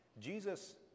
Jesus